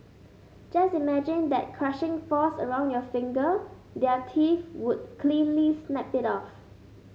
just imagine that crushing force around your finger their teeth would cleanly snap it off